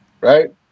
right